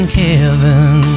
heaven